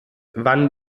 wann